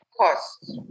costs